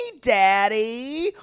Daddy